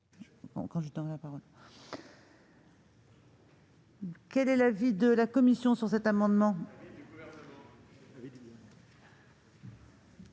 Quel est l'avis de la commission ? Sur cet amendement,